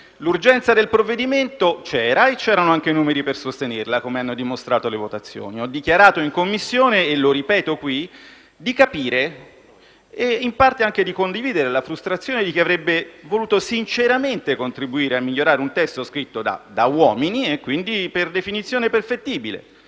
L'urgenza del provvedimento c'era e c'erano anche i numeri per sostenerla, come hanno dimostrato le votazioni. Ho dichiarato in Commissione - e lo ripeto qui - di capire, e in parte anche di condividere, la frustrazione di chi avrebbe voluto sinceramente contribuire a migliorare un testo scritto da uomini e quindi per definizione perfettibile.